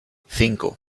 cinco